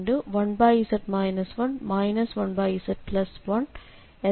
എന്ന partial fraction ആക്കി എഴുതാം